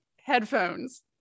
headphones